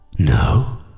No